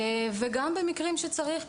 וגם במקרים שצריך,